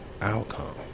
outcome